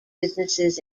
businesses